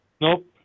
Nope